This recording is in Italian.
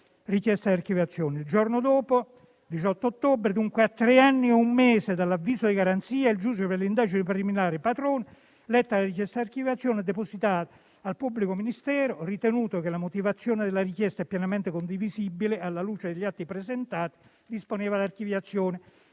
Il giorno dopo, il 18 ottobre, dunque a 3 anni e un mese dall'avviso di garanzia, il giudice per le indagini preliminari, Patrone, letta la richiesta di archiviazione depositata dal pubblico ministero, ritenuto che la motivazione della richiesta è pienamente condivisibile, alla luce degli atti presentati dispone l'archiviazione.